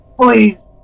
Please